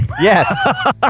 Yes